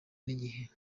n’igihe